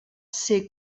ser